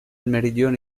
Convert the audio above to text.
meridione